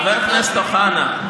חבר הכנסת אוחנה,